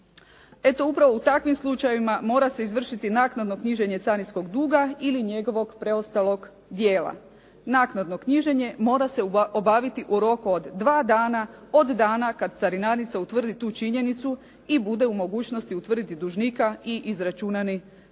Eto upravo u takvim slučajevima mora se izvršiti naknadno knjiženje carinskog duga ili njegovog preostalog dijela. Naknadno knjiženje mora se obaviti u roku od dva dana, od dana kada carinarnica utvrdi tu činjenicu i bude u mogućnosti utvrditi dužnika i izračunati dužni